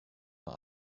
war